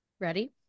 ready